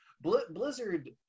Blizzard